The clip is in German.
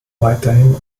weiterhin